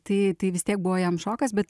tai tai vis tiek buvo jam šokas bet